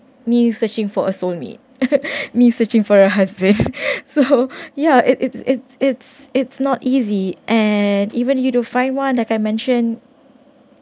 me searching for a soul mate me searching for a husband so yeah it it's it's it's it's not easy and even if you do find one that I mention